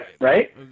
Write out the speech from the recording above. right